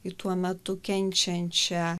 į tuo metu kenčiančią